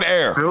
air